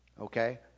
Okay